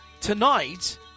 tonight